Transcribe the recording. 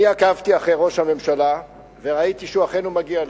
אני עקבתי אחרי ראש הממשלה וראיתי שאכן הוא מגיע לפה.